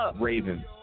Raven